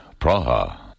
Praha